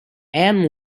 and